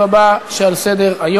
בדבר שינוי